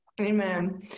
Amen